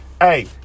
Hey